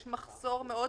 יש מחסור מאוד